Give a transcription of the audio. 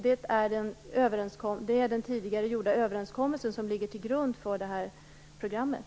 Det är den tidigare överenskommelsen som ligger till grund för programmet.